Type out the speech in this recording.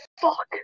fuck